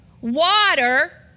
Water